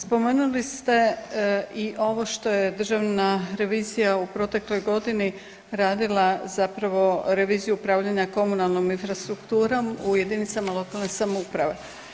Spomenuli ste i ovo što je Državna revizija u protekloj godini radila zapravo reviziju upravljanja komunalnom infrastrukturom u jedinicama lokalne samouprave.